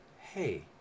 Hey